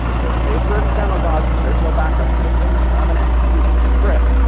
so, save pertinent demo dots cause there's no backup for this one and i'm gonna execute this script.